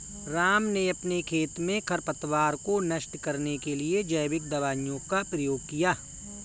राम ने अपने खेत में खरपतवार को नष्ट करने के लिए जैविक दवाइयों का प्रयोग किया